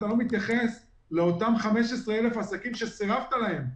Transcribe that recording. אתה לא מתייחס לאותם 15,000 עסקים שסירבת להם.